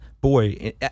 boy